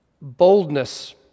boldness